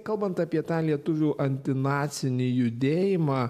kalbant apie tą lietuvių antinacinį judėjimą